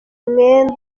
mwenda